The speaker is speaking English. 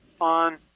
on